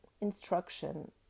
instruction